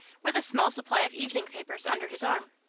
with a small supply of evening papers under his arm.